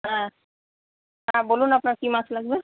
হ্যাঁ হ্যাঁ বলুন আপনার কী মাছ লাগবে